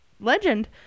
legend